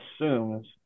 assumes